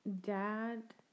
dad